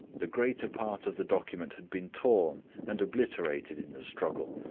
the greater part of the document had been torn and obliterated in the struggle,